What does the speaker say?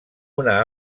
una